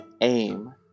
aim